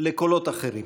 לקולות אחרים.